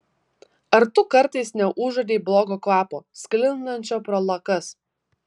ar tu kartais neužuodei blogo kvapo sklindančio pro lakas